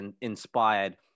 inspired